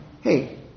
hey